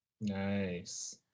Nice